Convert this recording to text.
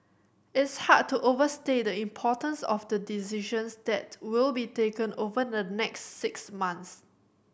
it's hard to overstate the importance of the decisions that will be taken over the next six months